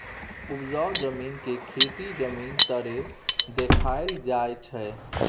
उपजाउ जमीन के खेती जमीन तरे देखाइल जाइ छइ